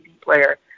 player